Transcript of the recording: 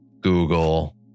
Google